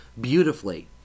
beautifully